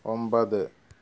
ഒമ്പത്